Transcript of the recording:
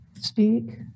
speak